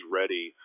ready